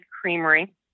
creamery